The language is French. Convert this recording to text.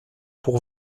pour